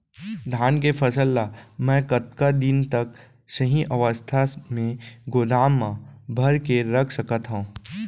धान के फसल ला मै कतका दिन तक सही अवस्था में गोदाम मा भर के रख सकत हव?